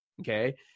Okay